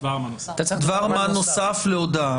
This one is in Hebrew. דבר מה נוסף להודאה.